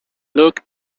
looked